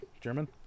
German